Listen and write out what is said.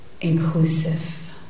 inclusive